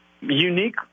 unique